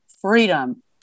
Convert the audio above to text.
freedom